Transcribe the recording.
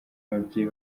ababyeyi